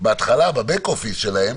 בהתחלה ב-back office שלהם,